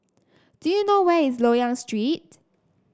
do you know where is Loyang Street